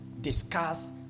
discuss